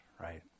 right